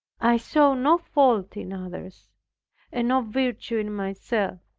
i saw no fault in others and no virtue in myself.